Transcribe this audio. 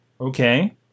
Okay